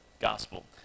gospel